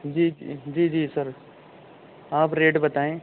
جی جی جی جی سر آپ ریٹ بتائیں